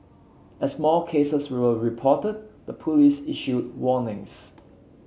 as more cases were reported the police issued warnings